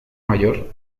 mayor